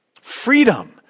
freedom